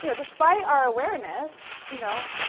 you know despite our awareness, you know